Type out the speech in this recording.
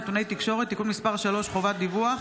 נתוני תקשורת) (תיקון מס' 3) (חובת דיווח),